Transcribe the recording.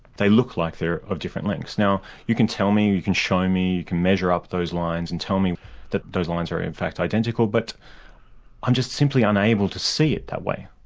they look like they're of different lengths. now you can tell me, and you can show me, you can measure up those lines and tell me that those lines are in fact identical, but i'm just simply unable to see it that way,